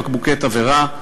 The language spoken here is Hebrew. בקבוקי תבערה,